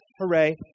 Hooray